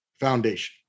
foundation